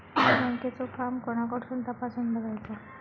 बँकेचो फार्म कोणाकडसून तपासूच बगायचा?